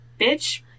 bitch